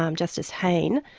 um justice hayne,